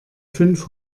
fünf